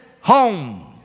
home